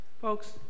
folks